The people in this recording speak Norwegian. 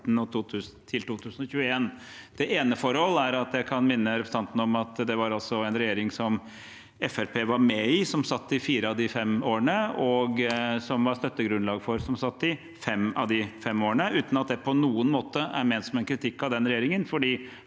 Det ene forholdet er at jeg må minne representanten om at det altså var en regjering som Fremskrittspartiet var med i, som satt i fire av disse fem årene, og som var støttegrunnlag for regjeringen i fem av disse fem årene, uten at det på noen måte er ment som en kritikk av den regjeringen,